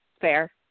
fair